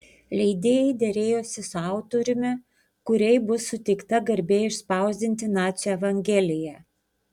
leidėjai derėjosi su autoriumi kuriai bus suteikta garbė išspausdinti nacių evangeliją